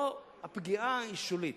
הפגיעה היא שולית.